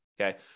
okay